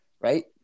Right